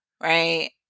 Right